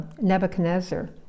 Nebuchadnezzar